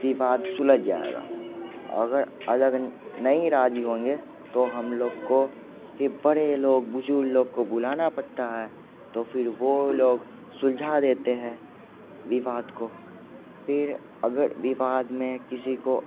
विवाद सुलझ जाएगा अगर अलग नहीं राज़ी होंगे तो हम लोग को के बड़े लोग बुज़ुर्ग लोग को बुलाना पड़ता है तो फिर वो लोग सुलझा देते हैं विवाद को फिर अगर विवाद में किसी को